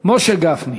משה גפני.